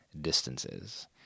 distances